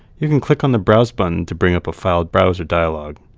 you can click on the browse button to bring up a file browser dialog,